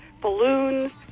balloons